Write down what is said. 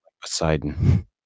Poseidon